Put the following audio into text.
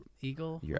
Eagle